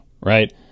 right